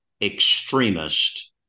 extremist